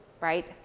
right